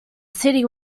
city